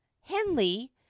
Henley